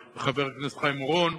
וחבר הכנסת לשעבר חיים אורון.